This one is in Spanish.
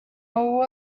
hubo